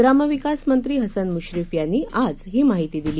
ग्रामविकास मंत्री हसन मुश्रीफ यांनी आज ही माहिती दिली